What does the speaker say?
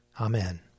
Amen